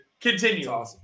continue